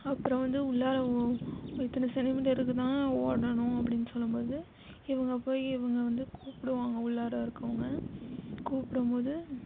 அப்புறம் வந்து உள்ளார இத்தனை சென்டிமீட்டருக்குதான் ஓடணும் அப்படின்னு சொல்லும்போது இவங்க போய் இவங்க வந்து கூப்பிடுவாங்க உள்ளார இருக்கவங்க கூப்பிடம்போது